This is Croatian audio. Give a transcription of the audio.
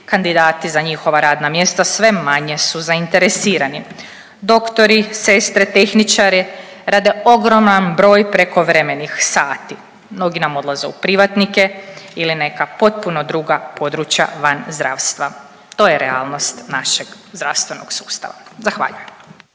kandidati za njihova radna mjesta sve manje su zainteresirani. Doktori, sestre, tehničari rade ogroman broj prekovremenih sati, mnogi nam odlaze u privatnike ili neka potpuno druga područja van zdravstva. To je realnost našeg zdravstvenog sustava. Zahvaljujem.